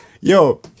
Yo